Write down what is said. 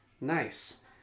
Nice